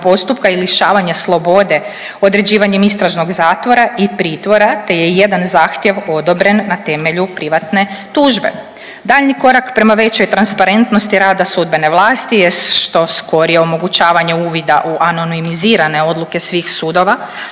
postupka i lišavanja slobode određivanje istražnog zatvora i pritvora te je 1 zahtjev odobren na temelju privatne tužbe. Daljnji korak prema većoj transparentnosti rada sudbene vlasti jest što skorije omogućavanje uvida u anonimizirane odluke svih sudova